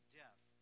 death